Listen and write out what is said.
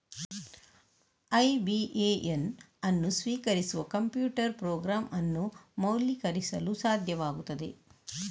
IBAN ಅನ್ನು ಸ್ವೀಕರಿಸುವ computer program ಅನ್ನು ಮೌಲ್ಯೀಕರಿಸಲು ಸಾಧ್ಯವಾಗುತ್ತದೆ